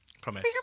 Promise